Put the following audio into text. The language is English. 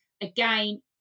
again